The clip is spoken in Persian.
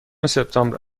سپتامبر